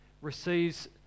receives